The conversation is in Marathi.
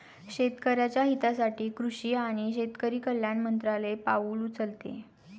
शेतकऱ्याच्या हितासाठी कृषी आणि शेतकरी कल्याण मंत्रालय पाउल उचलते